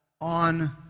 on